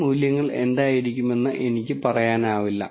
ഈ മൂല്യങ്ങൾ എന്തായിരിക്കുമെന്ന് എനിക്ക് പറയാനാവില്ല